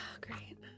Great